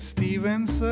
Stevens